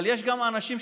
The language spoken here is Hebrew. אבל יש גם אנשים,